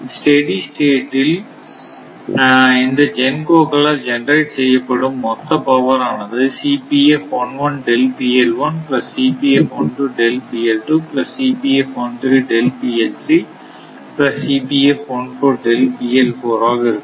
steady state இல் இந்த GENCO களால் ஜெனரேட் செய்யப்படும் மொத்த பவர் ஆனது ஆக இருக்கும்